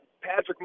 Patrick